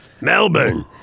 Melbourne